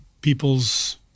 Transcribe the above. people's